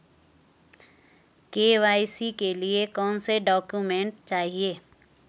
KYC के लिए कौनसे डॉक्यूमेंट चाहिये?